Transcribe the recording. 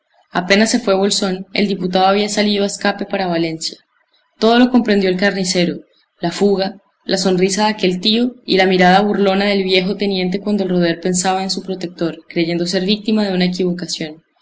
apenas se fue bolsón el diputado había salido a escape para valencia todo lo comprendió el carnicero la fuga la sonrisa de aquel tío y la mirada burlona del viejo teniente cuando el roder pensaba en su protector creyendo ser víctima de una equivocación